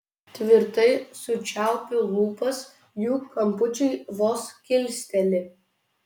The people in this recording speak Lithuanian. tvirtai sučiaupiu lūpas jų kampučiai vos kilsteli